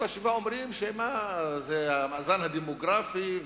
אומרים שזה המאזן הדמוגרפי,